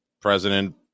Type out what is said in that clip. president